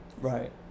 right